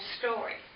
story